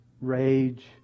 rage